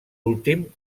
últim